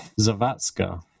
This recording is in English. Zavatska